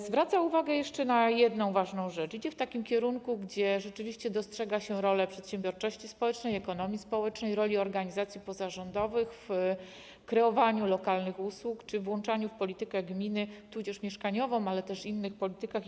Zwraca ona uwagę na jeszcze jedną ważną rzecz: idzie to w takim kierunku, że rzeczywiście dostrzega się rolę przedsiębiorczości społecznej, ekonomii społecznej, rolę organizacji pozarządowych w kreowaniu lokalnych usług czy włączaniu w politykę gminy, też mieszkaniową, ale też w inne polityki.